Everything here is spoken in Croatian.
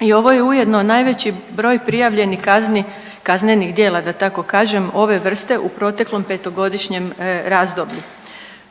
i ovo je ujedno najveći broj prijavljenih kazni, kaznenih djela da tako kažem ove vrste u proteklom petogodišnjem razdoblju.